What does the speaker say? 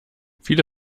viele